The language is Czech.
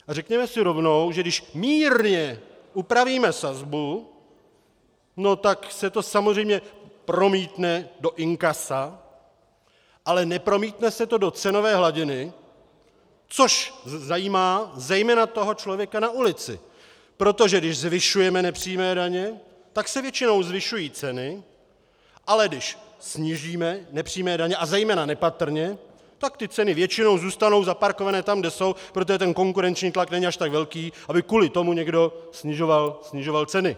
A řekněme si rovnou, že když mírně upravíme sazbu, tak se to samozřejmě promítne do inkasa, ale nepromítne se to do cenové hladiny, což zajímá zejména toho člověka na ulici, protože když zvyšujeme nepřímé daně, tak se většinou zvyšují ceny, ale když snížíme nepřímé daně, a zejména nepatrně, tak ty ceny většinou zůstanou zaparkované tam, kde jsou, protože konkurenční tlak není až tak velký, aby kvůli tomu někdo snižoval ceny.